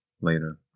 later